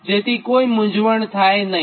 જેથી કોઈપણ મૂંઝવણ થાય નહીં